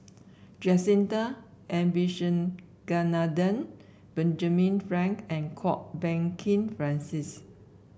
Jacintha Abisheganaden Benjamin Frank and Kwok Peng Kin Francis